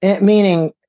Meaning